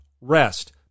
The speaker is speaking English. rest